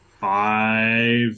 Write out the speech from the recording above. Five